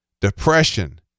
depression